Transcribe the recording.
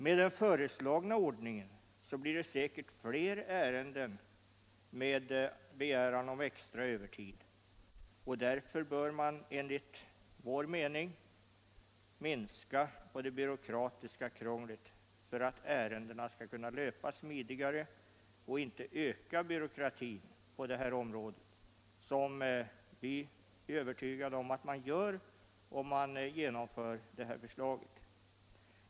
Med den föreslagna ordningen blir det säkert fler ärenden om extra övertid, och därför bör man enligt vår mening minska på det byråkratiska krånglet för att ärendena skall kunna löpa smidigare, och inte öka byråkratin på det här området, vilket vi är övertygade om att man gör om man genomför regeringsförslaget.